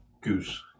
Goose